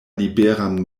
liberan